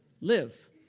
Live